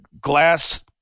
glass